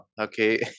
okay